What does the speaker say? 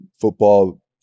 football